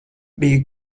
biju